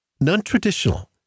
non-traditional